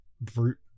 brute